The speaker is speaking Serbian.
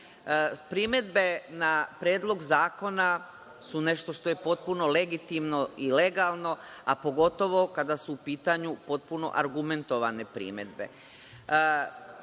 na Predlog zakona su nešto što je potpuno legitimno i legalno, a pogotovo kada su u pitanju potpuno argumentovane primedbe. Opaska